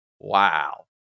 Wow